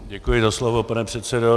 Děkuji za slovo, pane předsedo.